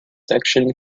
section